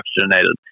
oxygenated